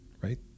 right